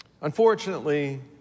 Unfortunately